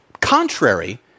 contrary